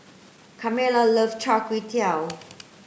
Carmella love Char kway Teow